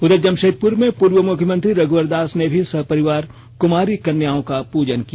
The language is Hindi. उधर जमशेदपुर में पूर्व मुख्यमंत्री रघुवर दास ने भी सपरिवार कुमारी कन्याओं का पूजन किया